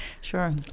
sure